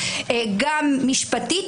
גם משפטית,